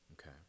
Okay